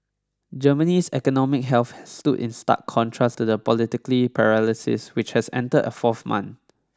Germany's economic health has stood in stark contrast to the political paralysis which has entered a fourth month